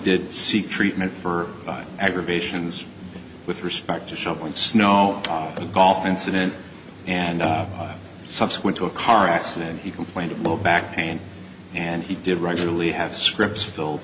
did seek treatment for aggravations with respect to shoveling snow a golf incident and subsequent to a car accident he complained of blow back pain and he did regularly have scripts fi